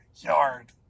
yard